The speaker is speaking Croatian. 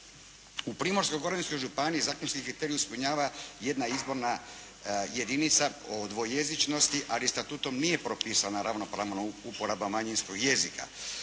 U Primorsko-goranskoj županiji … /Ne razumije se./ … ispunjava jedna izborna jedinica o dvojezičnosti, ali statutom nije propisana ravnopravna uporaba manjinskog jezika